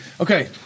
okay